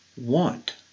want